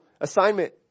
assignment